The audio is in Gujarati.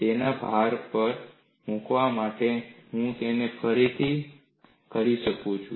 તેના પર ભાર મૂકવા માટે હું તેને ફરીથી કહી રહ્યો છું